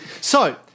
So-